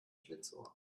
schlitzohr